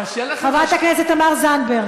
חברת הכנסת תמר זנדברג.